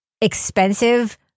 expensive